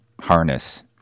Harness